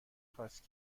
خواست